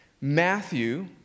Matthew